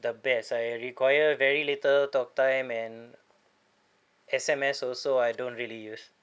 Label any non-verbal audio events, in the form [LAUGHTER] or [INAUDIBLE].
the best I require very little talk time and S_M_S also I don't really use [NOISE]